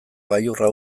gailurra